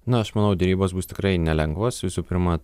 na aš manau derybos bus tikrai nelengvos visų pirma